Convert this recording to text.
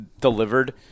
delivered